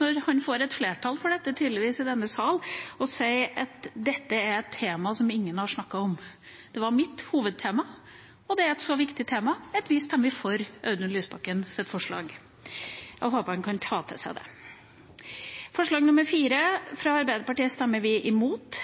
når han tydeligvis får et flertall for dette i denne sal – å si at dette er et tema som ingen har snakket om. Det var mitt hovedtema, og det er et så viktig tema at vi stemmer for Audun Lysbakkens forslag. Jeg håper han kan ta til seg det. Forslag nr. 4, fra Arbeiderpartiet, stemmer vi imot